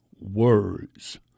words